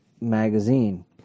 magazine